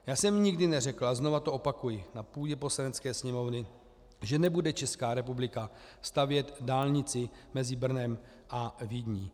Já jsem nikdy neřekl, a znovu to opakuji, na půdě Poslanecké sněmovny, že nebude Česká republika stavět dálnici mezi Brnem a Vídní.